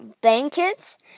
blankets